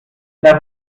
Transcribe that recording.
lass